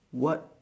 what